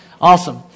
Awesome